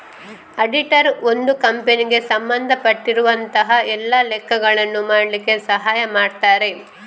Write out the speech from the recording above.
auditor ಒಂದು ಕಂಪನಿಗೆ ಸಂಬಂಧ ಪಟ್ಟಿರುವಂತಹ ಎಲ್ಲ ಲೆಕ್ಕಗಳನ್ನ ಮಾಡ್ಲಿಕ್ಕೆ ಸಹಾಯ ಮಾಡ್ತಾರೆ